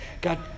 God